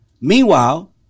Meanwhile